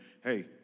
hey